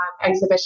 exhibition